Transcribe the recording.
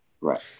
Right